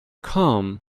come